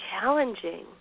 challenging